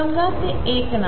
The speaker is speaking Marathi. समजा ते १ नाही